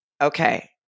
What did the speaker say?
Okay